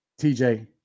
TJ